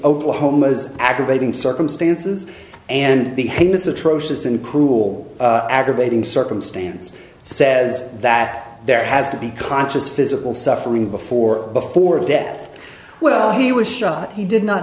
oklahoma's aggravating circumstances and the heinous atrocious and cruel aggravating circumstance says that there has to be conscious physical suffering before before death well he was shot he did not